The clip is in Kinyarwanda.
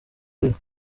buriho